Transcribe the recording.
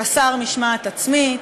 חסר משמעת עצמית,